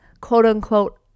quote-unquote